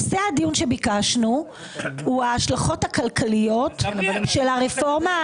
נושא הדיון שביקשנו הוא ההשלכות הכלכליות של הרפורמה,